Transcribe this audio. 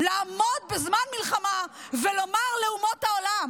לעמוד בזמן מלחמה ולומר לאומות העולם